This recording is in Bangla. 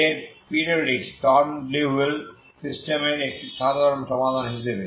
এই পিরিয়ডিক স্টর্ম লিউভিল সিস্টেমের একটি সাধারণ সমাধান হিসাবে